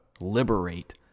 liberate